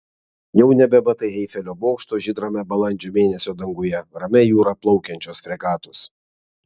jau nebematai eifelio bokšto žydrame balandžio mėnesio danguje ramia jūra plaukiančios fregatos